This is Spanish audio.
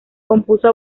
compuso